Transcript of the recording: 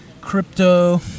crypto